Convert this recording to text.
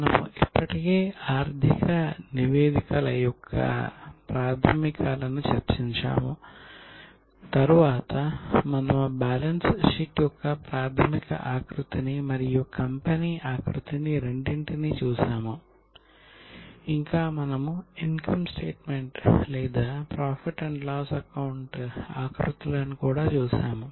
మనము ఇప్పటికే ఆర్థిక నివేదికల యొక్క ప్రాథమికాలను చర్చించాము తర్వాత మనము బ్యాలెన్స్ షీట్ యొక్క ప్రాథమిక ఆకృతిని మరియు కంపెనీ ఆకృతిని రెండింటినీ చూశాము ఇంకా మనము ఇన్కమ్ స్టేట్మెంట్ ఆకృతులను కూడా చూశాము